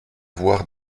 voir